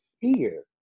fear